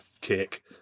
kick